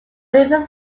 river